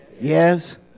yes